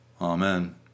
Amen